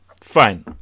fine